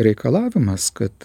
reikalavimas kad